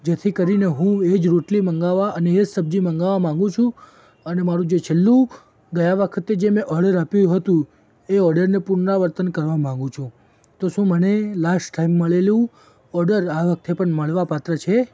જેથી કરીને હું એ જ રોટલી મગાવવા અને એ જ સબ્જી મગાવા માગુ છું અને મારું જે છેલ્લું ગયા વખતે જે મેં ઑર્ડર આપ્યું હતું એ ઑર્ડરને પુનરાવર્તન કરવા માગુ છું તો શું મને લાસ્ટ ટાઇમ મળેલું ઑર્ડર આ વખતે પણ મળવાપાત્ર છે